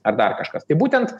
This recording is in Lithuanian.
ar dar kažkas tai būtent